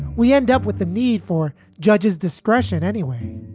we end up with the need for judges discretion anyway